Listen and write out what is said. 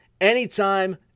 anytime